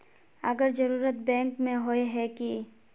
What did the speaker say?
अगर जरूरत बैंक में होय है की?